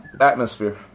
Atmosphere